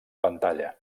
pantalla